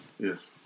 Yes